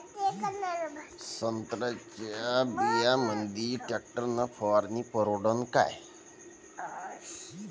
संत्र्याच्या बगीच्यामंदी टॅक्टर न फवारनी परवडन का?